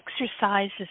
exercises